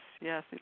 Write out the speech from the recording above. yes